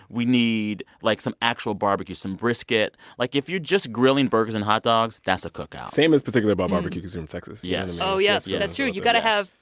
we need, like, some actual barbecue, some brisket. like, if you're just grilling burgers and hot dogs, that's a cookout sam is particular about barbecue. he's from texas yes oh, yeah. that's true. you've got to have.